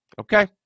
Okay